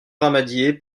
ramadier